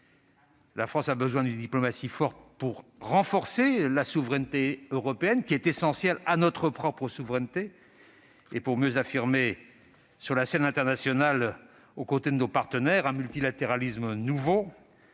La France a besoin d'une diplomatie forte pour renforcer la souveraineté européenne, essentielle à la sienne propre, et pour mieux affirmer, sur la scène internationale, aux côtés de nos partenaires, un multilatéralisme nouveau,